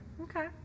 Okay